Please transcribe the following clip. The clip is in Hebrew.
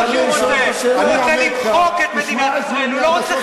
אני רוצה בביטול החוק.